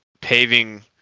paving